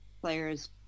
players